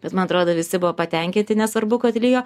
bet man atrodo visi buvo patenkinti nesvarbu kad lijo